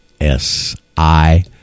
S-I